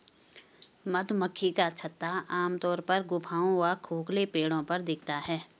मधुमक्खी का छत्ता आमतौर पर गुफाओं व खोखले पेड़ों पर दिखता है